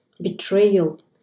betrayal